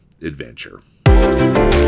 adventure